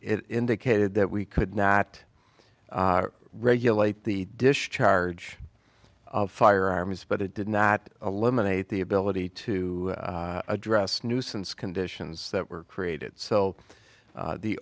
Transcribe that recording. it indicated that we could not regulate the discharge firearms but it did not eliminate the ability to address nuisance conditions that were created so